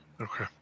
Okay